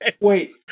wait